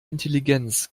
intelligenz